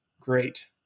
great